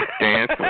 Dance